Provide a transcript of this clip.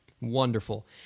Wonderful